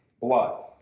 blood